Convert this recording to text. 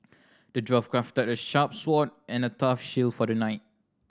the dwarf crafted a sharp sword and a tough shield for the knight